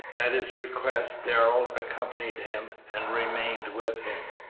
at his request darrell accompanied him and remained with him.